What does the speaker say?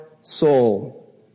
soul